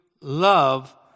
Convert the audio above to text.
love